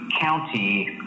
county